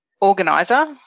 organiser